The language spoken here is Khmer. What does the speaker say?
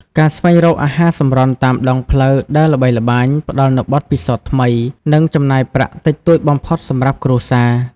ការស្វែងរកអាហារសម្រន់តាមដងផ្លូវ ដែលល្បីល្បាញ ផ្តល់នូវបទពិសោធន៍ថ្មី និងចំណាយប្រាក់តិចតួចបំផុតសម្រាប់គ្រួសារ។